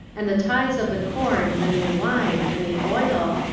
and the tithes of the corn, the new wine, and the oil,